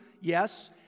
Yes